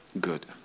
good